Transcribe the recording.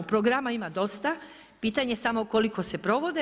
Programa ima dosta, pitanje samo koliko se provode.